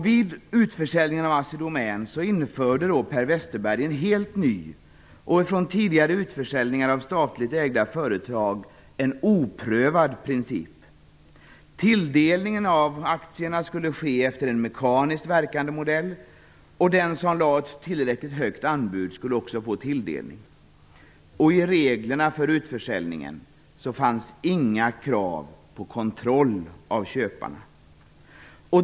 Vid utförsäljningen av Assi Domän införde Per Westerberg en helt ny och från tidigare utförsäljningar av statligt ägda företag oprövad princip. Tilldelningen av aktierna skulle ske efter en mekaniskt verkande modell, och den som lade in ett tillräckligt högt anbud skulle också få tilldelning. I reglerna för utförsäljningen fanns inga krav på kontroll av köparna.